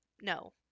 No